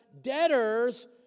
debtors